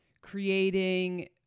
creating